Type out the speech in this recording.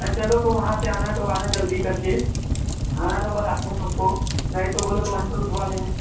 अ चलो तुम वहाँ से आना तो आना जल्दी करके हाँ तो बताते तुमको नहीं तो बोलो तो वहीँ पर उठवा लें